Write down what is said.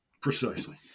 Precisely